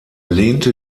lehnte